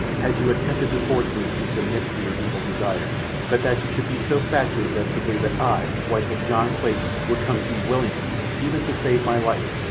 had you attempted to force me to submit to your evil desires, but that you should be so fatuous as to believe that i, wife of john clayton, would come to you willingly, even to save my life,